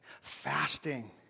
Fasting